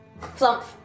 Flump